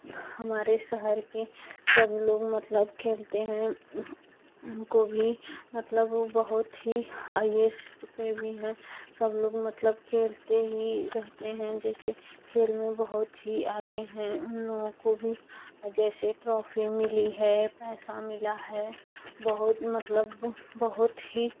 हमारे शहर के सब लोग मतलब खेलते हैं हमको भी मतलब बहुत ही हाईएस्ट पे भी हैं सब लोग मतलब खेलते ही रहते हैं जैसे खेल में बहुत ही आगे हैं उन लोगों को भी जैसे ट्रॉफ़ी मिली है पैसा मिला है बहुत मतलब बहुत ही